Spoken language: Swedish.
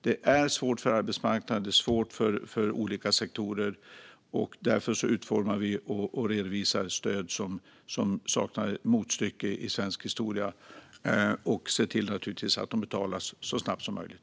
Det är svårt för arbetsmarknaden, det är svårt för olika sektorer och därför utformar vi och redovisar stöd som saknar motstycke i svensk historia och ser naturligtvis till att de betalas ut så snabbt som möjligt.